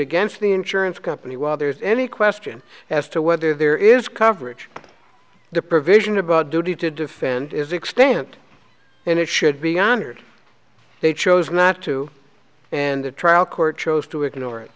against the insurance company while there is any question as to whether there is coverage of the provision about duty to defend is extent and it should be honored they chose not to and the trial court chose to ignore it